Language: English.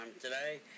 today